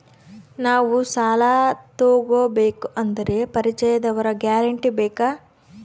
ನಾವು ಸಾಲ ತೋಗಬೇಕು ಅಂದರೆ ಪರಿಚಯದವರ ಗ್ಯಾರಂಟಿ ಬೇಕಾ?